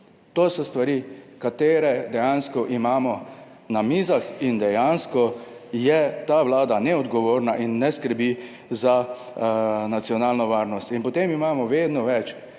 To so stvari katere dejansko imamo na mizah in dejansko je ta Vlada neodgovorna in ne skrbi za nacionalno varnost. In potem imamo vedno več